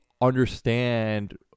understand